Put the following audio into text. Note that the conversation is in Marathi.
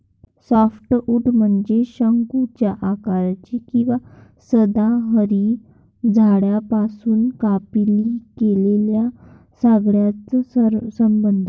सॉफ्टवुड म्हणजे शंकूच्या आकाराचे किंवा सदाहरित झाडांपासून कापणी केलेल्या लाकडाचा संदर्भ